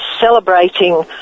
celebrating